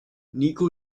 niko